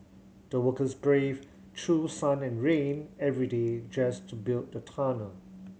the workers braved through sun and rain every day just to build the tunnel